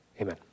Amen